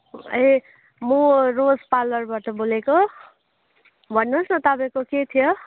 ए म रोज पार्लरबाट बोलेको भन्नुहोस् न तपाईँको के थियो